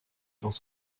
dans